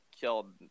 killed